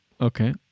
Okay